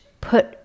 put